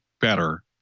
better